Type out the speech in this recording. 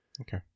Okay